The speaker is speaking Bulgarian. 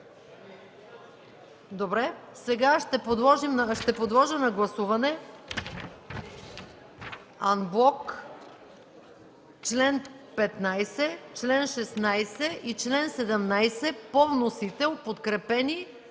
Добре. Сега ще подложа на гласуване анблок чл. 15, чл. 16 и чл. 17 по вносител, подкрепени